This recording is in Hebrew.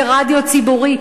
כרדיו ציבורי,